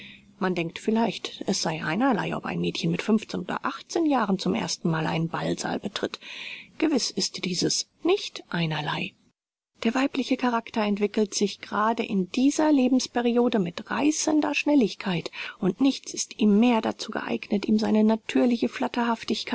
man denkt vielleicht es sei einerlei ob ein mädchen mit fünfzehn oder achtzehn jahren zum erstenmal einen ballsaal betritt gewiß ist dieses nicht einerlei der weibliche charakter entwickelt sich grade in dieser lebensperiode mit reißender schnelligkeit und nichts ist mehr dazu geeignet ihm seine natürliche